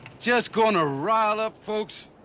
just gonna rile up folks.